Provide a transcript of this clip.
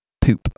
Poop